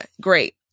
great